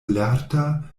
lerta